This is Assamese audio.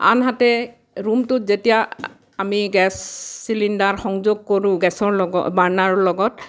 আনহাতে ৰুমটোত যেতিয়া আ আমি গেছ চিলিণ্ডাৰ সংযোগ কৰোঁ গেছৰ লগ বাৰ্ণাৰৰ লগত